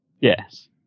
Yes